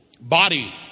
body